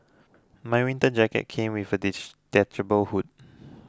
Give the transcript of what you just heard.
my winter jacket came with a detachable hood